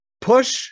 push